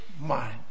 mind